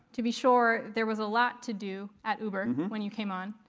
to be sure, there was a lot to do at uber when you came on.